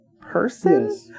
person